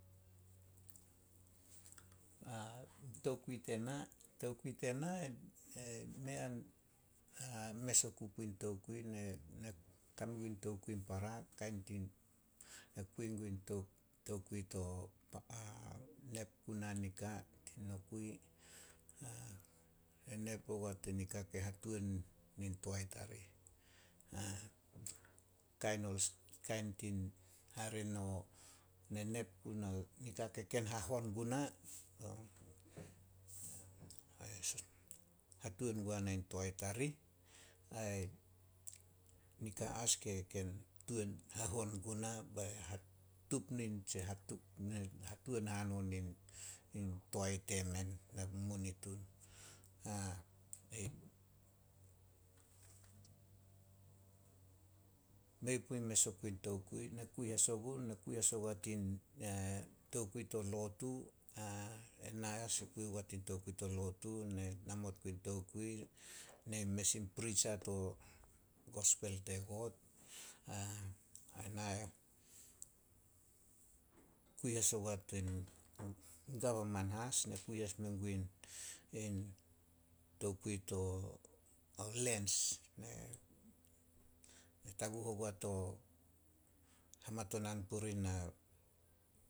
Tokui tena- tokui tena mei an mes oku puin tokui. Ne- ne kame gun tokui in para. Kain tin, ne kui gun to- tokui to nep puna nika nokui. Ne nep ogua tin nika ke hatuan nin toae tarih. Kain kain tin, hare no, ne nep gun nika ke ken hahon guna. Hatuan guana in toae tarih ai nika as ke tuan hahon guna bai hatuan hanon toae temen na mumunitun. Mei pu mes okui tokui. Ne kui as ogun, ne kui as ogua tin tokui to lotu. Ena as kui ogua tin tokui to lotu, ne namot gui tokui, ne mes in pritsa to gospel te God. Ai na kui as ogua tin govaman as. Ne kui as mengun in- in tokui to leens. Ne taguh ogua to hamatonan puri na